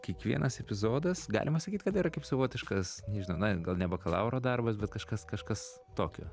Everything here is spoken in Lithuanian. kiekvienas epizodas galima sakyt kad tai yra kaip savotiškas nežinau na gal ne bakalauro darbas bet kažkas kažkas tokio